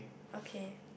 okay